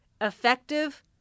Effective